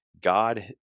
god